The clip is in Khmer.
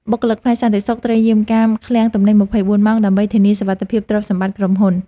បុគ្គលិកផ្នែកសន្តិសុខត្រូវយាមកាមឃ្លាំងទំនិញ ២៤ ម៉ោងដើម្បីធានាសុវត្ថិភាពទ្រព្យសម្បត្តិក្រុមហ៊ុន។